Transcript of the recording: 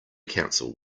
council